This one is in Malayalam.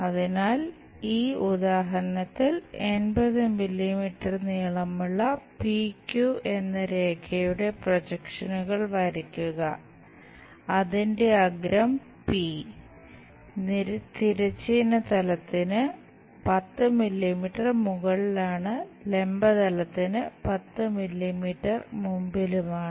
അതിനാൽ ഈ ഉദാഹരണത്തിൽ 80 മില്ലീമീറ്റർ മുമ്പിലുമാണ്